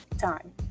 time